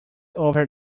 over